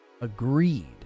Agreed